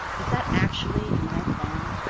is that actually my phone?